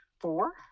four